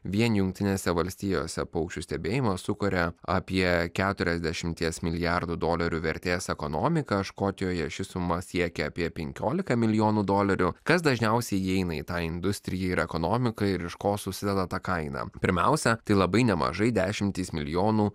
vien jungtinėse valstijose paukščių stebėjimas sukuria apie keturiasdešimties milijardų dolerių vertės ekonomiką škotijoje ši suma siekia apie penkiolika milijonų dolerių kas dažniausiai įeina į tą industriją ir ekonomiką ir iš ko susideda ta kaina pirmiausia tai labai nemažai dešimtys milijonų